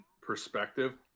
perspective